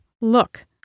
Look